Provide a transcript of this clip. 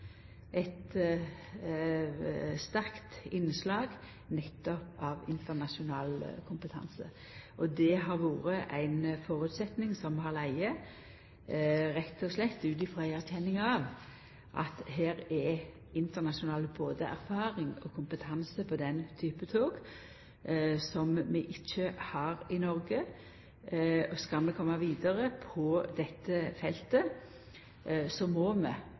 eit sterkt innslag nettopp av internasjonal kompetanse. Det har vore ein føresetnad som har lege der, rett og slett ut frå ei erkjenning av at her er det både internasjonal erfaring og kompetanse på den type tog som vi ikkje har i Noreg. Skal vi koma vidare på dette feltet, må